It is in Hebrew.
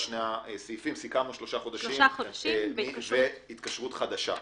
סיכמנו שלושה חודשים, אם זה התקשרות חדשה.